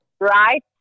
right